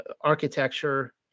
architecture